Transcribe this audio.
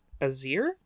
Azir